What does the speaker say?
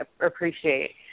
appreciate